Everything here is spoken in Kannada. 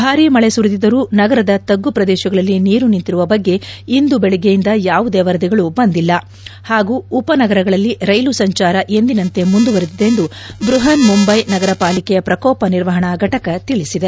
ಭಾರಿ ಮಳೆ ಸುರಿದಿದ್ದರೂ ನಗರದ ತಗ್ಗು ಪ್ರದೇಶಗಳಲ್ಲಿ ನೀರು ನಿಂತಿರುವ ಬಗ್ಗೆ ಇಂದು ಬೆಳಗ್ಗೆಯಿಂದ ಯಾವುದೆ ವರದಿಗಳು ಬಂದಿಲ್ಲ ಹಾಗೂ ಉಪನಗರಗಳಲ್ಲಿ ರೈಲು ಸಂಚಾರ ಎಂದಿನಂತೆ ಮುಂದುವರೆದಿದೆ ಎಂದು ಬೃಹತ್ ಮುಂಬೈ ನಗರಪಾಲಿಕೆಯ ಪ್ರಕೋಪ ನಿರ್ವಹಣಾ ಘಟಕ ತಿಳಿಸಿದೆ